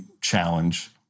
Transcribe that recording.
challenge